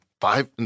five